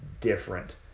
different